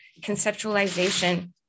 conceptualization